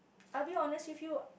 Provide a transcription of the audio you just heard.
I'll be honest with you